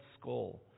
skull